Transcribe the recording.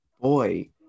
boy